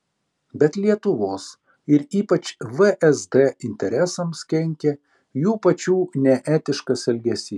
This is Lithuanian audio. bet lietuvos ir ypač vsd interesams kenkia jų pačių neetiškas elgesys